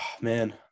man